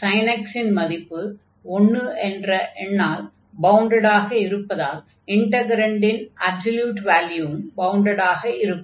sin x இன் மதிப்பு 1 என்ற எண்ணால் பவுண்டடாக இருப்பதால் இன்டக்ரன்டின் அப்சொல்யூட் வால்யூவும் பவுண்டடாக இருக்கும்